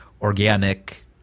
organic